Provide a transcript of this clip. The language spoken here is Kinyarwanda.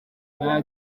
nta